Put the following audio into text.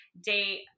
date